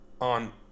on